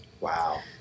Wow